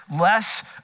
less